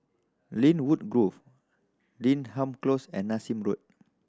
Lynwood Grove Denham Close and Nassim Road